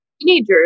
teenagers